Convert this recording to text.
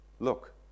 Look